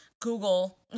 Google